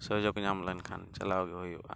ᱥᱩᱡᱳᱜᱽ ᱧᱟᱢ ᱞᱮᱱᱠᱷᱟᱱ ᱪᱟᱞᱟᱣ ᱜᱮ ᱦᱩᱭᱩᱜᱼᱟ